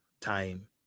time